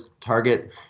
target